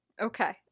Okay